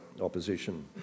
opposition